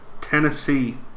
Tennessee